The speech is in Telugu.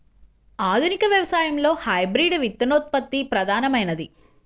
ఆధునిక వ్యవసాయంలో హైబ్రిడ్ విత్తనోత్పత్తి ప్రధానమైనది